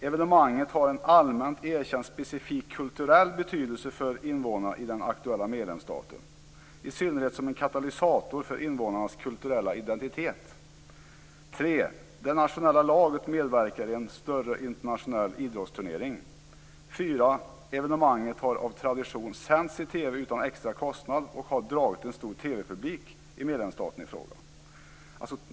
Evenemanget har en allmänt erkänd specifik kulturell betydelse för invånarna i den aktuella medlemsstaten, i synnerhet som en katalysator för invånarnas kulturella identitet. 3. Det nationella laget medverkar i en större internationell idrottsturnering. 4. Evenemanget har av tradition sänts i TV utan extra kostnad och har dragit en stor TV-publik i medlemsstaten i fråga."